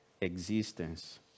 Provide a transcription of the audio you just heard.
existence